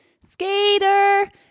Skater